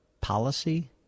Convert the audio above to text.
policy